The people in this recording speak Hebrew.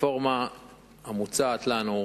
הרפורמה המוצעת לנו,